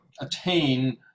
attain